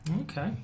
okay